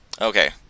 okay